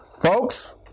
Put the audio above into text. folks